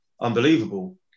unbelievable